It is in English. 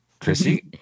Chrissy